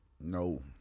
No